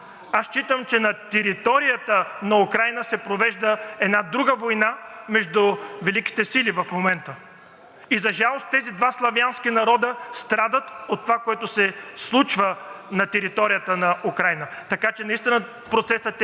И за жалост, тези два славянски народа страдат от това, което се случва на територията на Украйна. Така че наистина процесът е много по-дълбок и за жалост, Минското споразумение не влезе в сила и надали щеше да се стигне до този конфликт,